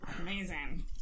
Amazing